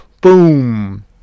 Boom